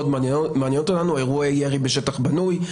מעניינות אותנו: אירוע ירי בשטח בנוי,